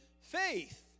faith